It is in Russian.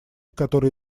которые